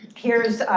here's